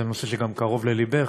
זה נושא שגם קרוב ללבך,